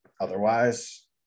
Otherwise